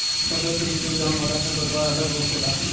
फसल के बीच मे जामे वाला खर पतवार अलग होखेला